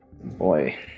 Boy